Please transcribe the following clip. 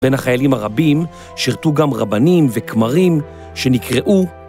בין החיילים הרבים שרתו גם רבנים וכמרים שנקראו